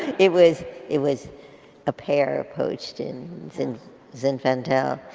it was it was a pear poached in zinfandel.